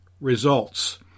results